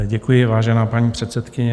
Děkuji, vážená paní předsedkyně.